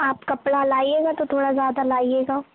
آپ کپڑا لائیے گا تو تھوڑا زیادہ لائیے گا